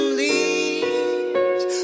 leaves